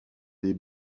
des